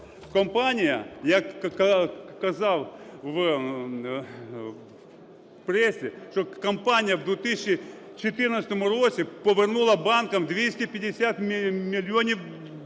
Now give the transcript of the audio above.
Компанія, я казав в пресі, що компанія в 2014 році повернула банкам 250 мільйонів